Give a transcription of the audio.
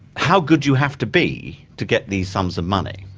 how good you have to be to get these sums of money.